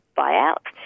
buy-out